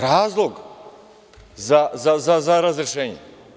Razlog za razrešenje.